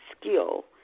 skill